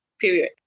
period